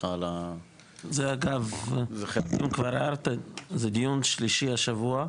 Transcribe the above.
סליחה על ה- זה אגב, זה דיון שלישי השבוע,